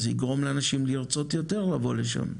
אז זה יגרום לאנשים לרצות יותר לבוא לשם,